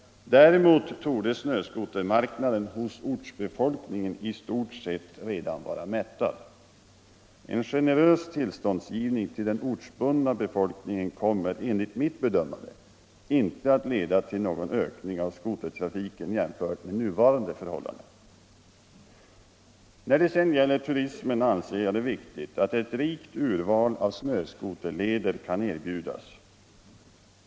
Däremot torde snöskotermarknaden när det gäller ortsbefolkningen i stort sett vara mättad. En generös tillståndsgivning till den ortsbundna befolkningen kommer, enligt mitt bedömande, inte att leda till någon ökning av skotertrafiken jämfört med nuvarande förhållande. När det sedan gäller turismen anser jag det viktigt att ett rikt urval av snöskoterleder kan erbjudas.